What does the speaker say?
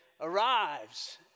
arrives